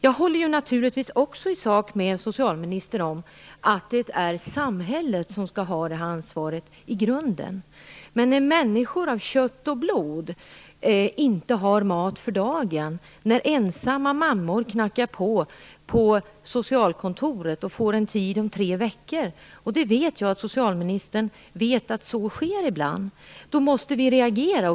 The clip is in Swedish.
Naturligtvis håller jag också i sak med socialministern om att det är samhället som skall ha detta ansvar i grunden. Men när människor av kött och blod inte har mat för dagen, när ensamma mammor knackar på hos socialkontoret och får en tid om tre veckor - jag vet att socialministern känner till att detta sker ibland - måste vi reagera.